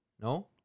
No